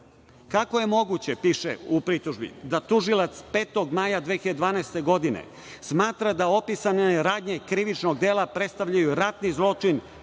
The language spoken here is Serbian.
Kako je moguće, piše u pritužbi, da tužilac 5. maja 2012. godine smatra da opisane radnje krivičnog dela predstavljaju ratni zločin